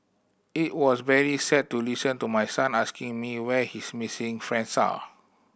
it was very sad to listen to my son asking me where his missing friends are